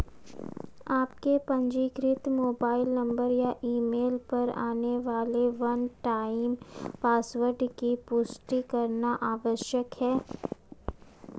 आपके पंजीकृत mobile number या ईमेल पर आने वाले वन टाइम पासवर्ड की पुष्टि करना आवश्यक है